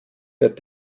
wird